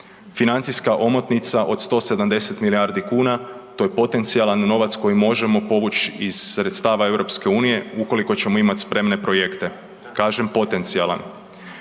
Financijska omotnica od 170 milijardi kuna to je potencijalan novac koji možemo povući iz sredstava EU ukoliko ćemo imati spremne projekte, kažem potencijalan.